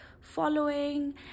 following